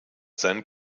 sein